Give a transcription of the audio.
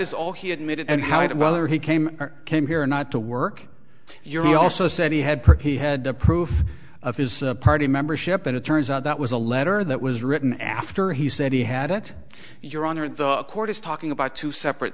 is all he admitted and how it whether he came or came here or not to work your he also said he had pretty had the proof of his party membership and it turns out that was a letter that was written after he said he had it your honor the court is talking about two separate